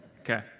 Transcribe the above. Okay